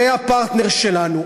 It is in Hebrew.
זה הפרטנר שלנו.